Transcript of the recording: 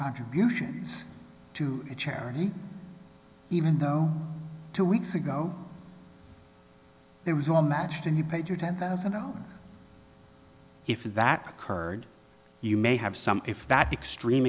contributions to a charity even though two weeks ago there was all matched and you paid your ten thousand dollars if that occurred you may have some if that extreme